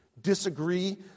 Disagree